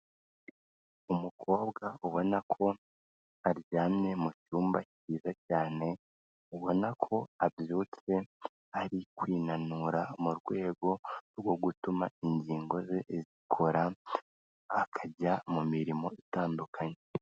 Umukobwa ubona ko aryamye mu cyumba cyiza cyane, ubona ko abyutse, ari kwinanura mu rwego rwo gutuma ingingo ze zikora, akajya mu mirimo itandukanye.